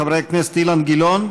חבר הכנסת אילן גילאון,